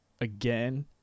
again